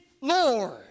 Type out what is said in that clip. Lord